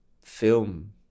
film